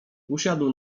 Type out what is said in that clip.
usiadł